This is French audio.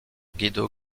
guido